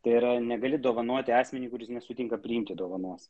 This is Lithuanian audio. tai yra negali dovanoti asmenį kuris nesutinka priimti dovanos